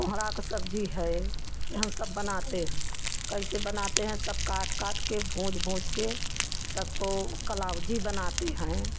कोंहड़ा का सब्जी है एहन सब बनाते हैं कैसे बनाते हैं सब काट काट कर भूँज भूँज के सबको कलउजी बनाते हैं